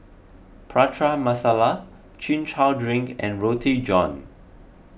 Prata Masala Chin Chow Drink and Roti John